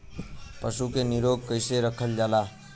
पशु के निरोग कईसे रखल जाला?